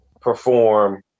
perform